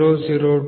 002 0